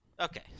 Okay